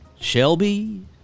Shelby